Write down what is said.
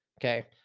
okay